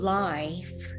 life